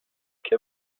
què